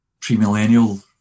premillennial